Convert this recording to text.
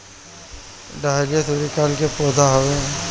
dahlia सूर्यकुल के पौधा हवे